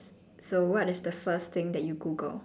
so what is the first thing that you google